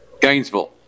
Gainesville